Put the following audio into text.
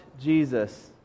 Jesus